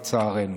לצערנו.